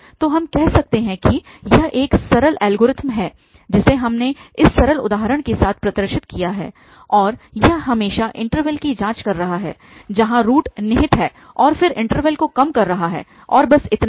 तो हम कर सकते हैं की यह एक सरल एल्गोरिथ्म है जिसे हमने इस सरल उदाहरण के साथ प्रदर्शित किया है और यह हमेशा इन्टरवल की जांच कर रहा है जहाँ रूट निहित है और फिर इन्टरवल को कम कर रहा है और बस इतना ही